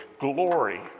Glory